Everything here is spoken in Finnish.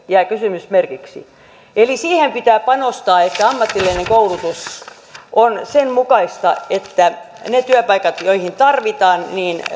jää kysymysmerkiksi siihen pitää panostaa että ammatillinen koulutus on sen mukaista että niihin työpaikkoihin joihin tarvitaan